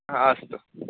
अस्तु